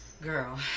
Girl